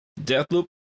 Deathloop